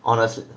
honestly